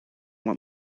want